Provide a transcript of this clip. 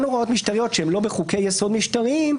הוראות משטריות שהן לא בחוקי יסוד משטריים,